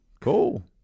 Cool